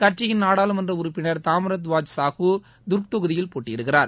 கட்சியின் நாடாளுமன்ற உறுப்பினர் தாமரத் வாஜ் சாகு ததர்க் தொகுதியில் போட்டியிடுகிறார்